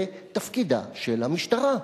זה תפקידה של המשטרה.